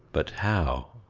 but how?